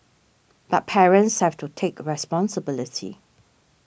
but parents have to take responsibility